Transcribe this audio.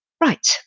right